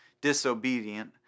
disobedient